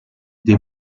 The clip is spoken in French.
des